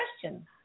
question